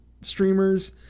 streamers